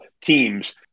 teams